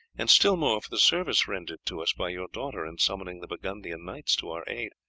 and still more for the service rendered to us by your daughter in summoning the burgundian knights to our aid.